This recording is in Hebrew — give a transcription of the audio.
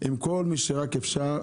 עם כל מי שרק אפשר,